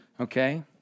Okay